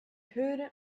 höre